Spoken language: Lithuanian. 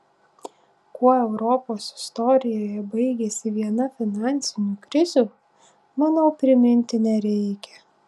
kuo europos istorijoje baigėsi viena finansinių krizių manau priminti nereikia